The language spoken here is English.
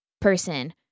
person